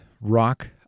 rock